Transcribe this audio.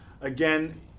again